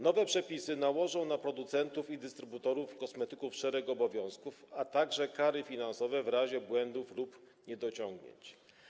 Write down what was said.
Nowe przepisy nałożą na producentów i dystrybutorów kosmetyków szereg obowiązków, a także kary finansowe w razie błędów lub niedociągnięć.